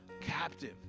captive